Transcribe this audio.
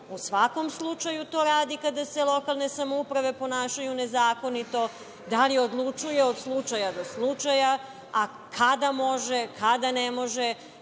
u svakom slučaju to radi kada se lokalne samouprave ponašaju nezakonito, da li odlučuje od slučaja do slučaja, a kada može, kada ne može,